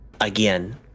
Again